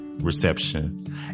reception